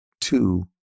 two